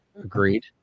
agreed